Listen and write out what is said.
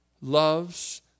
loves